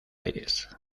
aires